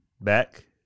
back